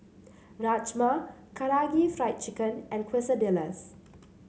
Rajma Karaage Fried Chicken and Quesadillas